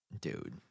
Dude